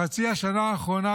בחצי השנה האחרונה,